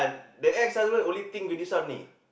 the ex-husband only think with this one only